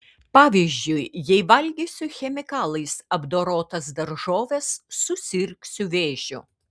pavyzdžiui jei valgysiu chemikalais apdorotas daržoves susirgsiu vėžiu